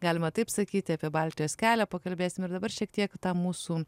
galima taip sakyti apie baltijos kelią pakalbėsim ir dabar šiek tiek tam mūsų